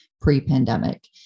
pre-pandemic